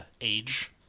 age